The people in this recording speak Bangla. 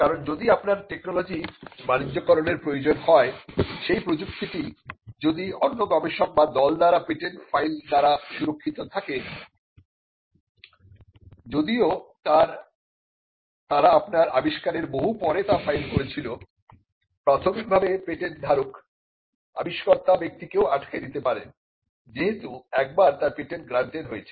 কারন যদি আপনার টেকনোলজি বাণিজ্যকরনের প্রয়োজন হয় সেই প্রযুক্তিটি যদি অন্য গবেষক বা দল দ্বারা পেটেন্ট ফাইল দ্বারা সুরক্ষিত থাকে যদিও তারা আপনার আবিষ্কারের বহু পরে তা ফাইল করেছিল প্রাথমিকভাবে পেটেন্ট ধারক আবিষ্কর্তা ব্যক্তিকেও আটকে দিতে পারেন যেহেতু একবার তার পেটেন্ট গ্রান্টেড হয়েছে